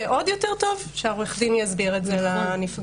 ועוד יותר טוב, שעורך הדין יסביר אותם לנפגעת.